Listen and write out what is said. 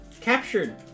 captured